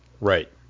Right